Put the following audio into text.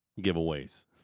giveaways